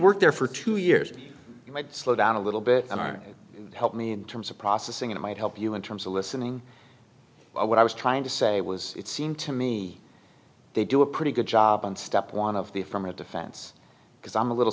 worked there for two years you might slow down a little bit american help me in terms of processing it might help you in terms of listening what i was trying to say was it seemed to me they do a pretty good job on step one of the from a defense because i'm a little